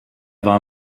war